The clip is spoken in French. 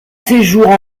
séjours